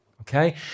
Okay